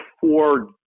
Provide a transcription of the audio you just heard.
four